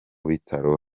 bitaro